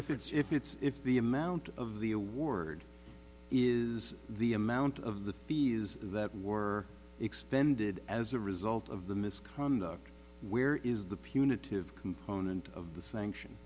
if it's if it's if the amount of the award is the amount of the fees that were expended as a result of the misconduct where is the punitive component of the sanction